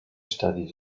studied